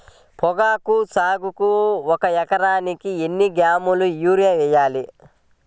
పొగాకు సాగుకు ఒక ఎకరానికి ఎన్ని కిలోగ్రాముల యూరియా వేయాలి?